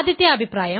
ആദ്യത്തെ അഭിപ്രായം